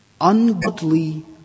ungodly